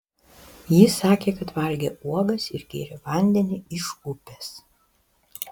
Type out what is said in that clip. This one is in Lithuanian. ji sakė kad valgė uogas ir gėrė vandenį iš upės